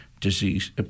disease